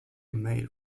made